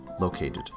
located